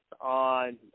on